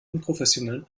unprofessionellen